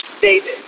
David